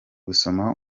gusoma